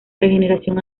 regeneración